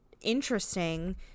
interesting